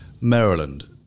Maryland